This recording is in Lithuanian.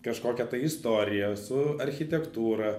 kažkokia istorija su architektūra